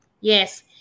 Yes